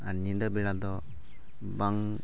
ᱟᱨ ᱧᱤᱫᱟᱹ ᱵᱮᱲᱟ ᱫᱚ ᱵᱟᱝ